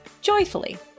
joyfully